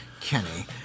Kenny